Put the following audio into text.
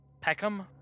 Peckham